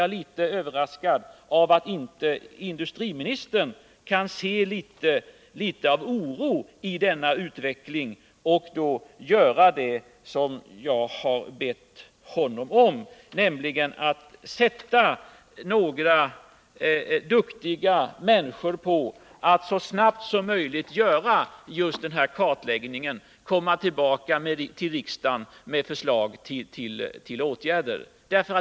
Jag är litet överraskad över att industriministern inte finner något oroväckande i utvecklingen på detta område och inte vill göra det som jag har bett honom om, nämligen sätta några duktiga människor på uppgiften att så snabbt som möjligt göra en kartläggning och komma tillbaka till riksdagen med förslag till åtgärder.